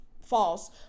false